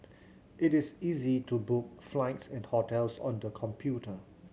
it is easy to book flights and hotels on the computer